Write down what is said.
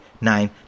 nine